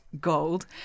gold